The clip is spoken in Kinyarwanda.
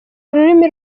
rurimi